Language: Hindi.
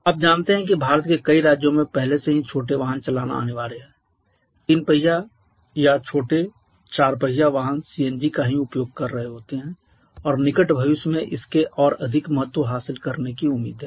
आप जानते हैं कि भारत के कई राज्यों में पहले से ही छोटे वाहन चलाना अनिवार्य है तीन पहिया या छोटे चार पहिया वाहन सीएनजी का ही उपयोग कर रहे होते हैं और निकट भविष्य में इसके और अधिक महत्व हासिल करने की उम्मीद है